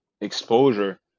exposure